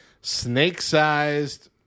snake-sized